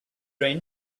rain